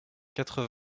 quatre